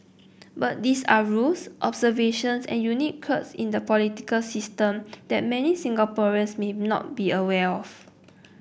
but these are rules observations and unique quirks in a political system that many Singaporeans may not be aware of